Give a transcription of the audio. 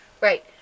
Right